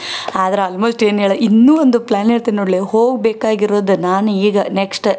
ಆದ್ರೆ ಆಲ್ಮೋಸ್ಟ್ ಏನು ಹೇಳು ಇನ್ನೂ ಒಂದು ಪ್ಲ್ಯಾನ್ ಹೇಳ್ತೇನೆ ನೋಡಲೇ ಹೋಗ್ಬೇಕಾಗಿರೋದ್ ನಾನು ಈಗ ನೆಕ್ಸ್ಟ್